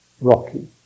rocky